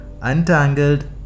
Untangled